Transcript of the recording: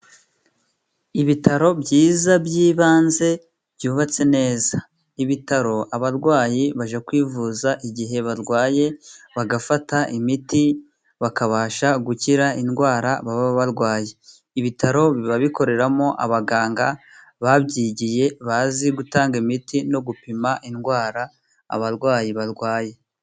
Ibitaro byiza by'ibanze byubatse neza. Ibitaro abarwayi bajya kwivuza igihe barwaye, bagafata imiti bakabasha gukira indwara baba barwaye. Ibitaro biba bikoreramo abaganga babyigiye bazi gutanga imiti, no gupima indwara abarwayi barwaye.